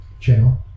channel